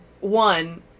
one